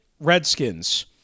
Redskins